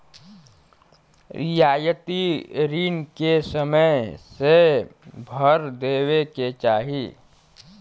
रियायती रिन के समय से भर देवे के चाही